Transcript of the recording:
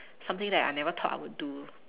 something that I never thought I would do